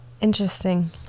Interesting